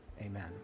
Amen